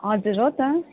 हजुर हो त